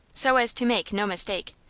so as to make no mistake.